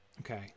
Okay